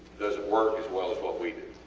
doesnt work as well as what we do.